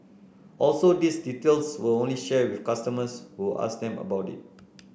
also these details were only shared with customers who asked them about it